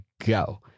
go